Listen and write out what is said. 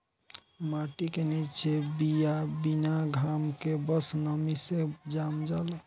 माटी के निचे बिया बिना घाम के बस नमी से जाम जाला